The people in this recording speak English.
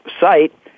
site